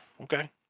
okay